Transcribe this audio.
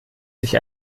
sich